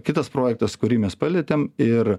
kitas projektas kurį mes palietėm ir